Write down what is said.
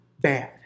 bad